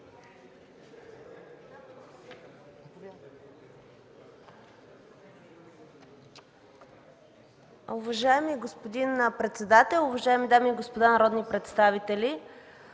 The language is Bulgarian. Уважаеми господин председател, уважаеми дами и господа народни представители!